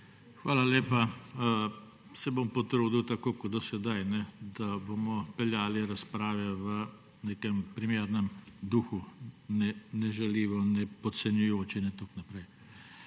Hvala lepa. Se bom potrudil, tako kot do sedaj, da bomo peljali razprave v nekem primernem duhu, ne žaljivo, ne podcenjujoče in tako naprej.